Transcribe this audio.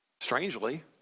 Strangely